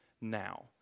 now